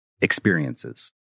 experiences